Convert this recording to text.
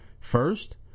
First